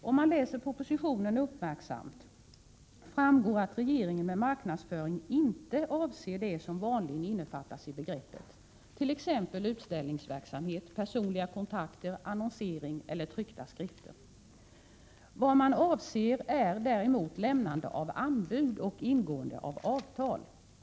Om man läser propositionen uppmärksamt framgår att regeringen med ”marknadsföring” inte avser det som vanligen innefattas i begreppet, t.ex. utställningsverksamhet, personliga kontakter, annonsering eller tryckta skrifter. Vad man avser är däremot lämnande av anbud och ingående av avtal.